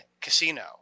Casino